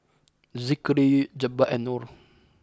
Zikri Jebat and Nor